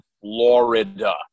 Florida